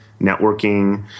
networking